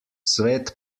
svet